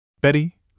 Betty